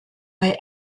bei